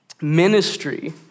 Ministry